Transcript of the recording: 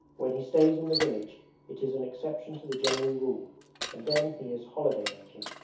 when he stays in the village it is an exception to the general rule and then he is holiday-making.